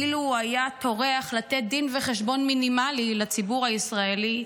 אילו הוא היה טורח לתת דין וחשבון מינימלי לציבור הישראלי,